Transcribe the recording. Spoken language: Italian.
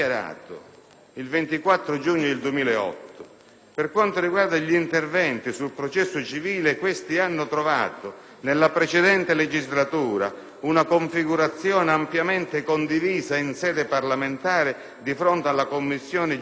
«Per quanto riguarda gli interventi sul processo civile, questi hanno trovato, nella precedente legislatura, una configurazione ampiamente condivisa in sede parlamentare di fronte alla Commissione giustizia del Senato, i cui lavori sono stati